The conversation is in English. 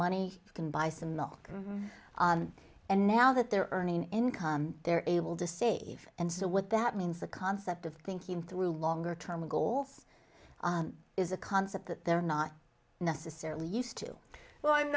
money can buy some milk and now that they're earning income they're is able to save and so what that means the concept of thinking through longer term goals is a concept that they're not necessarily used to well i'm